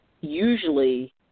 usually